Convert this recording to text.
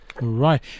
right